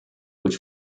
which